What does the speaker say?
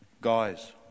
Guys